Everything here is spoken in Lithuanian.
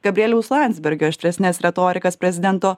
gabrieliaus landsbergio aštresnes retorikas prezidento